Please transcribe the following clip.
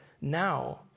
now